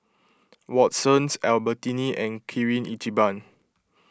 Watsons Albertini and Kirin Ichiban